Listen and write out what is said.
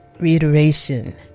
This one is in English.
reiteration